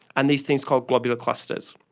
and these things called globular clusters.